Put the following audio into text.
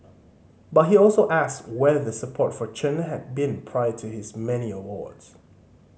but he also asks where the support for Chen had been prior to his many awards